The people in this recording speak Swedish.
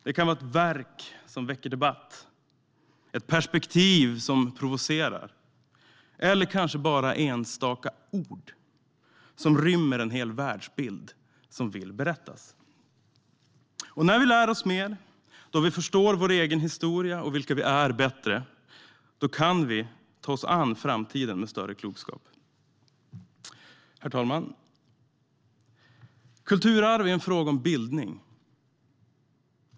Det kan vara ett verk som väcker debatt, ett perspektiv som provocerar eller kanske bara enstaka ord som rymmer en hel världsbild som vill berättas. När vi lär oss mer och förstår vår egen historia och vilka vi är bättre kan vi ta oss an framtiden med större klokskap. Herr talman! Kulturarv är en fråga om bildning.